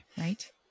right